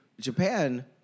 Japan